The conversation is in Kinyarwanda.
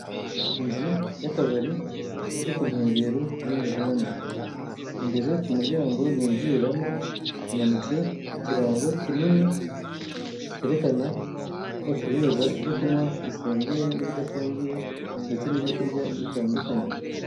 Inzu y'akabari iri ku nkengero z'umuhanda imbere ku muryango binjiriramo hamanitse ikirango kinini kerekana ko bacuruza ibyo kunywa bisembuye n'ibidasembuye ndetse n'ibyo kurya bitandukanye.